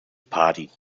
party